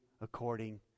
according